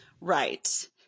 Right